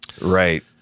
Right